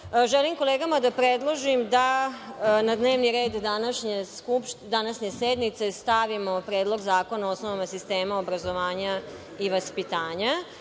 kolegama da predložim da na dnevni red današnje sednice stavimo Predlog zakona o osnovama sistema obrazovanja i vaspitanja.